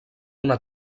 una